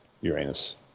Uranus